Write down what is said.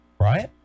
Right